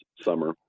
summer